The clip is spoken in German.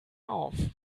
auf